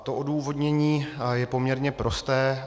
To odůvodnění je poměrně prosté.